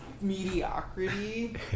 mediocrity